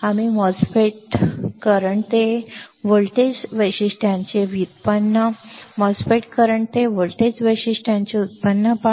आम्ही MOSFET current ते voltage वैशिष्ट्यांचे व्युत्पन्न एमओएसएफईटी करंट ते व्होल्टेज वैशिष्ट्यांचे व्युत्पन्न पाहू